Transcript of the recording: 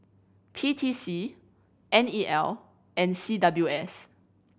P T C N E L and C W S